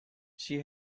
she